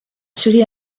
thierry